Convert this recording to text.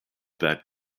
that